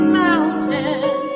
mountain